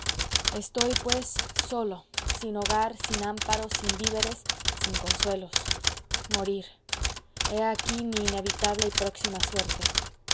estoy pues solo sin hogar sin amparo sin víveres sin consuelos morir he aquí mi inevitable y próxima suerte